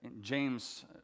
James